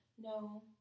No